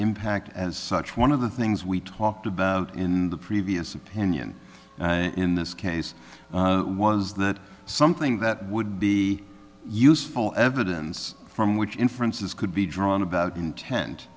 impact as such one of the things we talked about in the previous opinion in this case was that something that would be useful evidence from which inferences could be drawn about intent